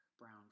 brown